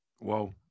Wow